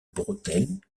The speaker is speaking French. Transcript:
bretelles